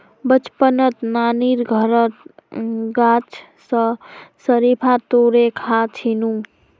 बचपनत नानीर घरत गाछ स शरीफा तोड़े खा छिनु